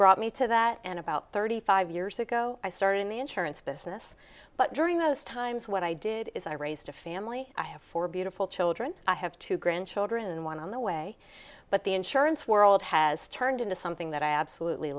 brought me to that and about thirty five years ago i started in the insurance business but during those times what i did is i raised a family i have four beautiful children i have two grandchildren and one on the way but the insurance world has turned into something that i absolutely